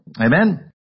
Amen